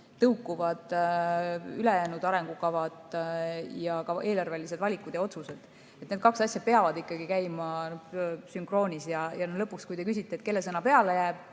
tõukuvad ülejäänud arengukavad ja ka eelarvelised valikud ja otsused. Need kaks asja peavad ikkagi käima sünkroonis. Lõpuks, kui te küsite, kelle sõna peale jääb,